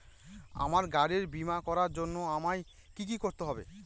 আমার গাড়ির বীমা করার জন্য আমায় কি কী করতে হবে?